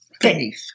faith